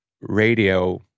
radio